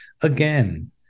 again